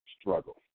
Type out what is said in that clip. struggle